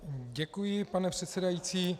Děkuji, pane předsedající.